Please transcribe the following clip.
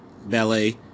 ballet